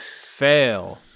Fail